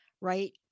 right